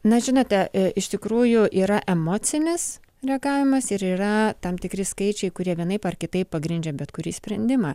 na žinote iš tikrųjų yra emocinis reagavimas ir yra tam tikri skaičiai kurie vienaip ar kitaip pagrindžia bet kurį sprendimą